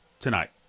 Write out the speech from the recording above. tonight